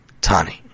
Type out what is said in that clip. Tani